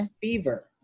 fever